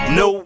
no